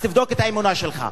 אז תבדוק את האמונה שלך.